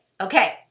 okay